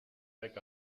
back